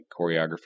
choreography